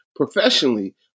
Professionally